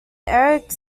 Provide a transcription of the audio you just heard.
eric